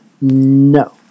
No